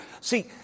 See